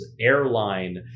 airline